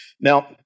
Now